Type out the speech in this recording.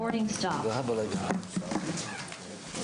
הישיבה ננעלה בשעה 10:34.